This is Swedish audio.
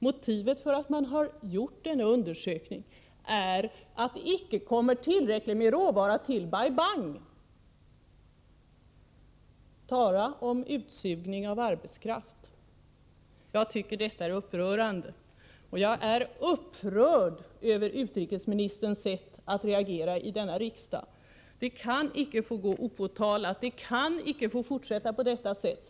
Motivet för att man gjort denna undersökning är att det icke kommer tillräckligt med råvara till Bai Bang. Tala om utsugning av arbetskraft! Jag tycker detta är upprörande, och jag är upprörd över utrikesministerns sätt att reagera i denna riksdag. Det kan icke få fortgå opåtalat, det kan icke få fortsätta på detta sätt.